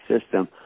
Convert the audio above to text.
system